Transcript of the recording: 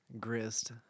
grist